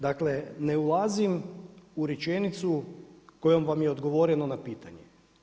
Dakle ne ulazim u rečenicu kojom vam je odgovoreno na pitanje.